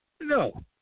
No